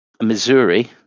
missouri